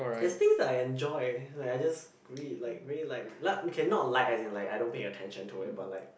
there's things I enjoy like I just read like really like li~ okay not like as in I don't pay attention to it but like